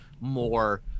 more